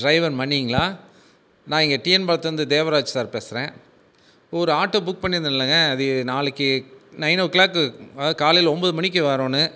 driver மணிங்களா நான் இங்கே டிஎன் பாளையத்திலேந்து தேவராஜ் சார் பேசறேன் ஒரு ஆட்டோ புக் பண்ணியிருந்தேன் இல்லைங்க அது நாளைக்கு நைன் ஓ கிளாக் அதாவுது காலையில் ஒம்பது மணிக்கு வரணும்